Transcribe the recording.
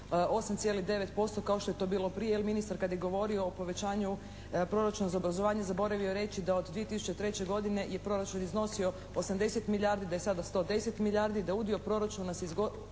8,9% kao što je bilo prije jer ministar kad je govorio o povećanju proračuna za obrazovanje, zaboravio je reći da od 2003. godine je proračun iznosio 80 milijardi, da je sada 110 milijardi. Da udio proračuna za